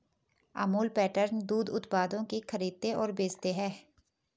Amul pattern दूध उत्पादों की खरीदते और बेचते है